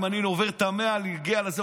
אם אני עובר את ה-100 ומגיע לזה,